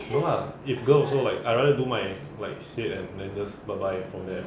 no lah if girl also like I rather do my like straight and amanda's bye bye for them